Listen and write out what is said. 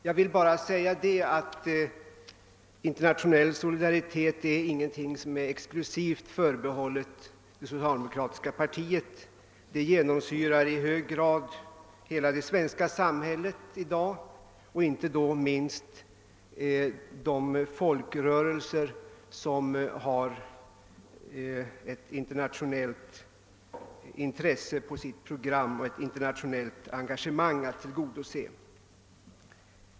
Jag vill bara säga att internationell solidaritet är ingenting som är exklusivt förbehållet det socialdemokratiska partiet, utan det är något som i hög grad genomsyrar hela det svenska samhället i dag och inte minst de folkrörelser som har internationella frågor på sitt program och ett internationellt engagemang att tillgodose.